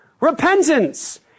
Repentance